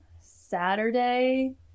saturday